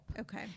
Okay